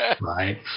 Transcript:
right